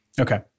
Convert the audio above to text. Okay